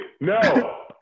No